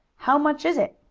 how much is it?